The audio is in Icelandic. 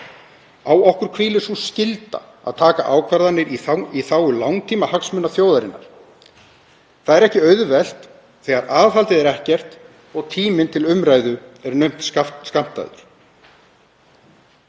Á okkur hvílir sú skylda að taka ákvarðanir í þágu langtímahagsmuna þjóðarinnar. Það er ekki auðvelt þegar aðhaldið er ekkert og tíminn til umræðu er naumt skammtaður.